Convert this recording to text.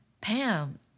Pam